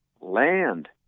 land